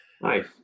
Nice